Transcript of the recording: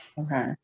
Okay